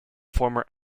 former